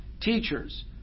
teachers